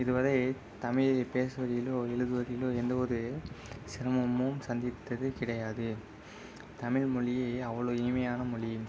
இதுவரை தமிழில் பேசுவதிலோ எழுவதிலோ எந்த ஒது சிரமமும் சந்தித்ததே கிடையாது தமிழ் மொழி அவ்வளோ இனிமையான மொழி